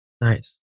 nice